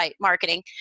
marketing